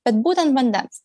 bet būtent vandens